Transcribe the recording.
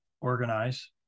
organize